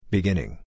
Beginning